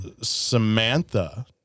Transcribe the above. Samantha